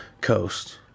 coast